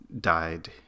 died